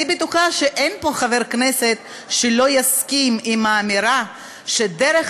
אני בטוחה שאין פה חבר כנסת שלא יסכים עם האמירה שדרך